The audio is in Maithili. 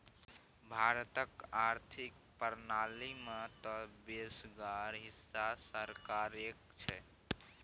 भारतक आर्थिक प्रणाली मे तँ बेसगर हिस्सा सरकारेक छै